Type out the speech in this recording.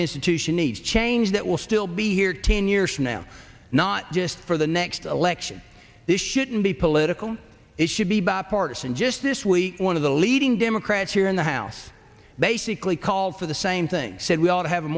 institution needs change that will still be here ten years from now not just for the next election this shouldn't be political it should be bipartisan just this week one of the leading democrats here in the house basically called for the same thing said we ought to have a